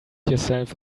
yourself